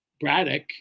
braddock